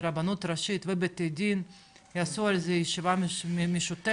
רבנות ראשית ובתי הדין יעשו על זה ישיבה משותפת,